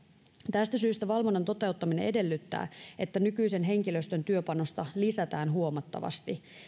tästä syystä valvonnan toteuttaminen edellyttää että nykyisen henkilöstön työpanosta lisätään huomattavasti